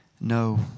No